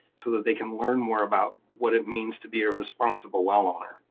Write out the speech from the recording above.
so that they can learn more about what it means to be a responsible well owner.